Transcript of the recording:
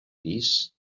pis